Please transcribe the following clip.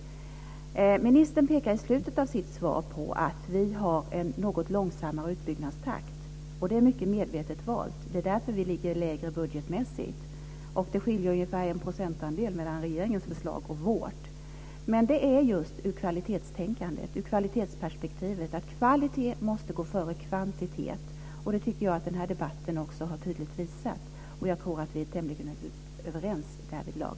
Ministern pekar i slutet av sitt svar på att vi i vårt förslag har en något långsammare utbyggnadstakt. Det har vi mycket medvetet valt. Det är därför som vi ligger lägre budgetmässigt. Det skiljer ungefär en procentandel mellan regeringens förslag och vårt. Men det gäller just kvalitetstänkandet och kvalitetsperspektivet. Kvalitet måste gå före kvantitet, och det tycker jag att den här debatten också tydligt har visat. Jag tror att vi är tämligen överens därvidlag.